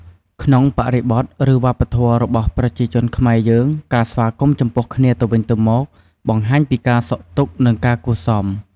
ក្នុងបរិបទ ឬ វប្បធម៌របស់ប្រជាជនខ្មែរយើង ការស្វាគមន៍ចំពោះគ្នាទៅវិញទៅមក បង្ហាញពីការសុខទុក្ខ និងការគួរសម។